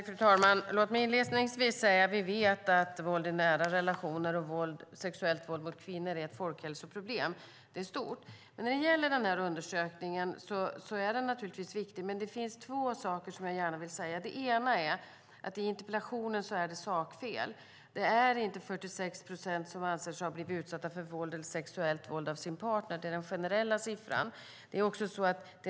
Fru talman! Låt mig inledningsvis säga att vi vet att våld i nära relationer och sexuellt våld mot kvinnor är ett stort folkhälsoproblem. Undersökningen är naturligtvis viktig, men det finns två saker jag gärna vill säga. Det ena är att det finns ett sakfel i interpellationen. Det är inte 46 procent som anser sig ha blivit utsatta för våld eller sexuellt våld av sin partner, utan det är den generella siffran.